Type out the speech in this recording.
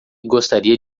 gostaria